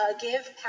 give